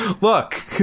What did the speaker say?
look